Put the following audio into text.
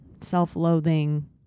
self-loathing